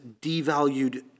devalued